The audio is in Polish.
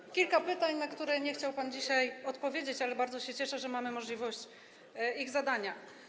Mam kilka pytań, na które nie chciał pan dzisiaj odpowiedzieć, ale bardzo się cieszę, że mamy możliwość ich zadania.